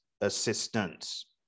assistance